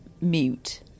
mute